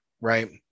right